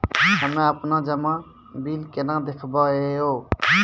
हम्मे आपनौ जमा बिल केना देखबैओ?